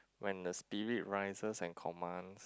when the spirit rises and commands